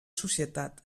societat